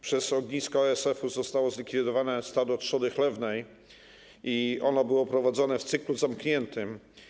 Przez ogniska ASF-u zostało zlikwidowane stado trzody chlewnej, a ono było prowadzone w cyklu zamkniętym.